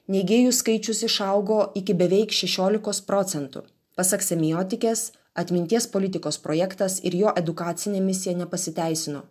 neigėjų skaičius išaugo iki beveik šešiolikos procentų pasak semiotikės atminties politikos projektas ir jo edukacinė misija nepasiteisino